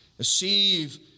Receive